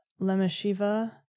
Lemeshiva